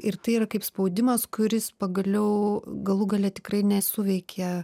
ir tai yra kaip spaudimas kuris pagaliau galų gale tikrai nesuveikė